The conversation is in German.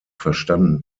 verstanden